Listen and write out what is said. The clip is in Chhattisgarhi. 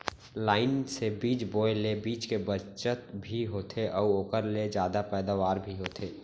लाइन से बीज बोए ले बीच के बचत भी होथे अउ ओकर ले जादा पैदावार भी होथे